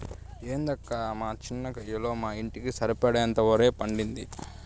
ఏందక్కా మా చిన్న కయ్యలో మా ఇంటికి సరిపడేంత ఒరే పండేది